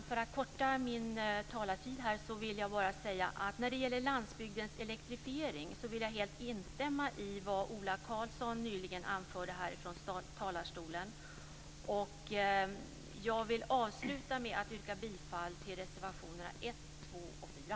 För att korta min talartid vill jag bara säga att när det gäller landsbygdens elektrifiering vill jag helt instämma i vad Ola Karlsson nyligen anförde från talarstolen. Jag vill avsluta med att yrka bifall till reservationerna 1, 2 och 4.